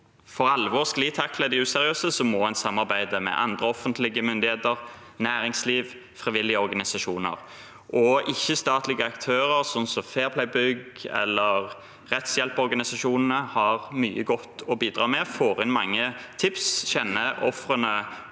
for å sklitakle de useriøse for alvor må en samarbeide med andre offentlige myndigheter, næringsliv og frivillige organisasjoner. Ikke-statlige aktører, sånn som Fair Play Bygg eller rettshjelpsorganisasjonene, har mye godt å bidra med. De får inn mange tips, kjenner ofrene